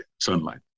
sunlight